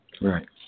Right